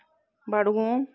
Budgam